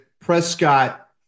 Prescott